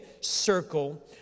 circle